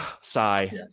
Sigh